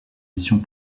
missions